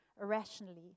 irrationally